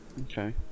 Okay